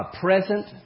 present